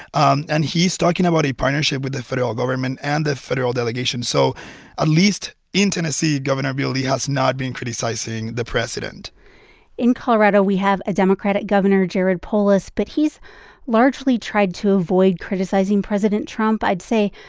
um and he's talking about a partnership with the federal government and the federal delegation, so at ah least in tennessee, gov. bill lee has not been criticizing the president in colorado, we have a democratic governor, jared polis, but he's largely tried to avoid criticizing president trump, i'd say.